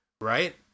right